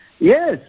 Yes